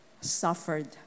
suffered